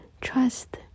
Trust